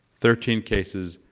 thirteen cases,